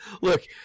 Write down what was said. Look